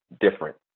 different